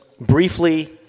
briefly